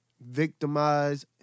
victimize